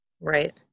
Right